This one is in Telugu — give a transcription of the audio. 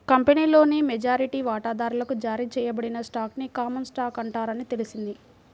కంపెనీలోని మెజారిటీ వాటాదారులకు జారీ చేయబడిన స్టాక్ ని కామన్ స్టాక్ అంటారని తెలిసింది